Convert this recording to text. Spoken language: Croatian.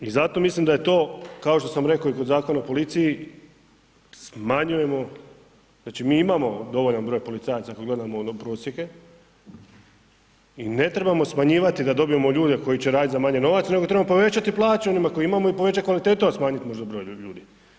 I zato mislim da je to, kao što sam rekao i kod Zakon o policiji smanjujemo znači mi imamo dovoljan broj policajca kada gledamo one prosjeke i ne trebamo smanjivati, da dobijemo ljude, koji će raditi za manje novaca, nego trebamo povećati plaće onima koje imamo i povećati kvalitetu, a smanjiti … broj ljudi.